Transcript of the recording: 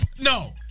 No